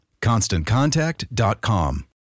ConstantContact.com